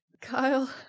Kyle